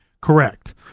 Correct